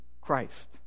Christ